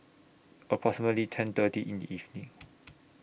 approximately ten thirty in The evening